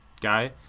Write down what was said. guy